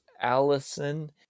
Allison